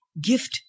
gift